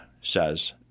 says